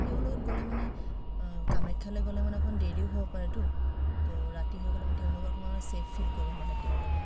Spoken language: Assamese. তেওঁৰ লগত গ'লে মানে কামাখ্যালৈ গ'লে মানে অকণ দেৰিও হ'ব পাৰেতো তো ৰাতি হৈ গ'লে মানে তেওঁৰ লগত অকমান মানে ছেফ ফিল কৰোঁ মানে তেওঁৰ লগত